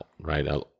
right